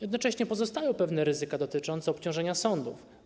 Jednocześnie pozostały pewne ryzyka dotyczące obciążenia sądów.